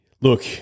Look